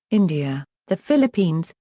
india, the philippines,